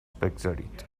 بگذارید